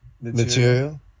material